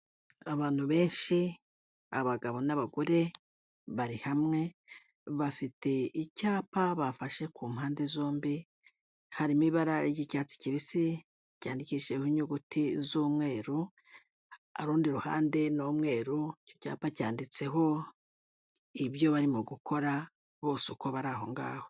Abantu benshi abagabo n'abagore bari hamwe bafite icyapa bafashe ku mpande zombi, harimo ibara ry'icyatsi kibisi ryandikishijeho inyuguti z'umweru, urundi ruhande ni umwe icyo cyapa cyanditseho ibyo barimo gukora bose uko bari aho ngaho.